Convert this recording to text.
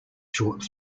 short